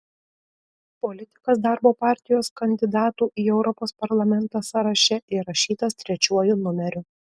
politikas darbo partijos kandidatų į europos parlamentą sąraše įrašytas trečiuoju numeriu